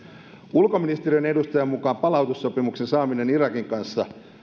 ulkoministeriön edustajan mukaan palautussopimuksen saaminen irakin kanssa